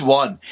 one